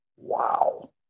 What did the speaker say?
wow